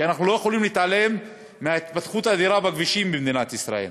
אנחנו לא יכולים להתעלם מההתפתחות האדירה בכבישים במדינת ישראל,